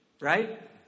right